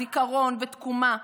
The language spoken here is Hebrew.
זיכרון ותקומה,